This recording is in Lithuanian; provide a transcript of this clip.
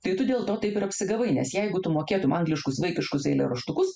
tai tu dėl to taip ir apsigavai nes jeigu tu mokėtum angliškus vaikiškus eilėraštukus